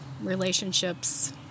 relationships